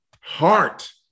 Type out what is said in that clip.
heart